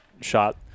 Shot